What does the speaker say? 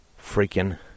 freaking